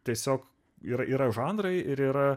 tiesiog ir yra žanrai ir yra